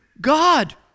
God